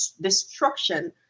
destruction